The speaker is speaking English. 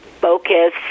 focus